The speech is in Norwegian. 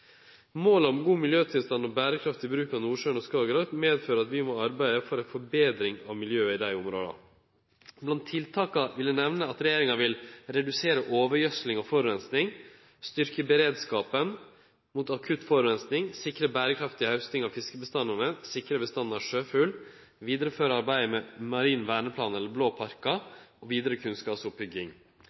Målet om god miljøtilstand og berekraftig bruk av Nordsjøen og Skagerrak medfører at vi må arbeide for ei forbetring av miljøet i dei områda. Blant tiltaka vil eg nemne at regjeringa vil redusere overgjødsling og forureining, styrkje beredskapen mot akutt forureining, sikre berekraftig hausting av fiskebestandane, sikre bestanden av sjøfugl, vidareføre arbeidet med marin verneplan eller blå parkar og vidare kunnskapsoppbygging.